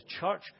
church